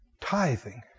Tithing